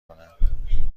کنم